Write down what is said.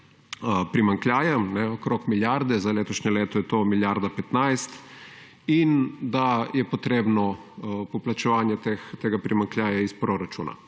primanjkljajem, okrog milijarde, za letošnje leto je to milijarda 15 in da je potrebno poplačevanje tega primanjkljaja iz proračuna,